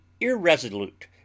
irresolute